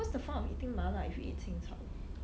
what's the point of eating 麻辣 if you eat 清炒